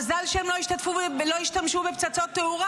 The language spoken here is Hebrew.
מזל שהם לא השתמשו בפצצות תאורה,